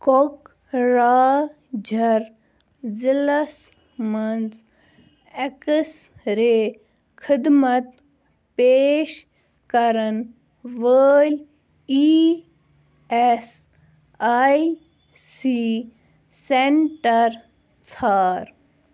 کوکراجھَر ضِلعس مَنٛز اٮ۪کٕس رے خدمت پیش کَرَن وٲلۍ E S I C centre ژھار